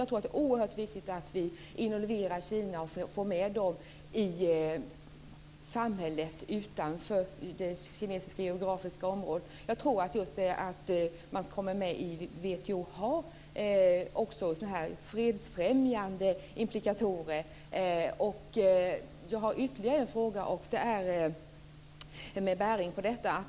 Jag tror att det är oerhört viktigt att vi involverar Kina och får med Kina i samhället utanför det kinesiska geografiska området. Jag tror att just det faktum att man kommer med i WTO också har fredsfrämjande implikationer. Jag har ytterligare en fråga med bäring på detta.